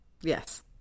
Yes